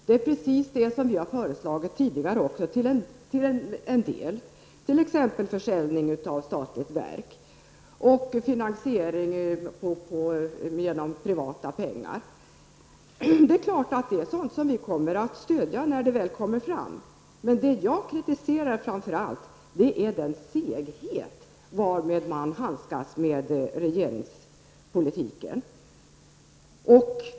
Det är till en del sådant som vi tidigare har föreslagit, t.ex. försäljning av ett statligt verk och finansiering med hjälp av privata pengar. Självfallet kommer vi att stödja sådant när det väl kommer fram, men det som jag framför allt kritiserar är segheten i regeringspolitiken.